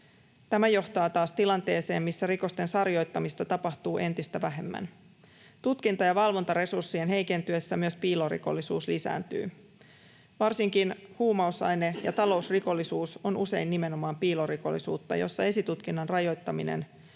Tämä johtaa taas tilanteeseen, missä rikosten sarjoittamista tapahtuu entistä vähemmän. Tutkinta- ja valvontaresurssien heikentyessä myös piilorikollisuus lisääntyy. Varsinkin huumausaine- ja talousrikollisuus on usein nimenomaan piilorikollisuutta, jossa esitutkinnan rajoittaminen